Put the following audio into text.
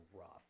rough